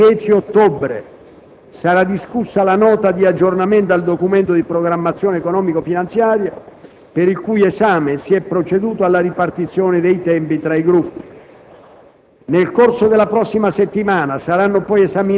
Nella seduta pomeridiana di martedì 10 ottobre sarà discussa la Nota di aggiornamento al Documento di programmazione economico-finanziaria, per il cui esame si è proceduto alla ripartizione dei tempi tra i Gruppi.